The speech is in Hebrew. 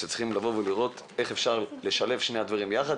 צריכים לבוא ולראות איך אפשר לשלב את שני הדברים יחד,